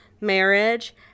marriage